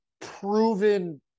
proven